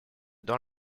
dans